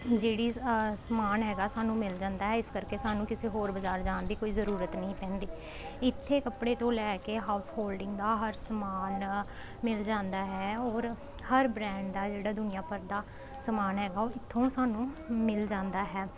ਜਿਹੜੀ ਸਮਾਨ ਹੈਗਾ ਸਾਨੂੰ ਮਿਲ ਜਾਂਦਾ ਹੈ ਇਸ ਕਰਕੇ ਸਾਨੂੰ ਕਿਸੇ ਹੋਰ ਬਜ਼ਾਰ ਜਾਣ ਦੀ ਕੋਈ ਜ਼ਰੂਰਤ ਨਹੀਂ ਪੈਂਦੀ ਇੱਥੇ ਕੱਪੜੇ ਤੋਂ ਲੈ ਕੇ ਹਾਊਸ ਹੋਲਡਿੰਗ ਦਾ ਹਰ ਸਮਾਨ ਮਿਲ ਜਾਂਦਾ ਹੈ ਔਰ ਹਰ ਬਰੈਂਡ ਦਾ ਜਿਹੜਾ ਦੁਨੀਆਂ ਭਰ ਦਾ ਸਮਾਨ ਹੈਗਾ ਉਹ ਇੱਥੋਂ ਸਾਨੂੰ ਮਿਲ ਜਾਂਦਾ ਹੈ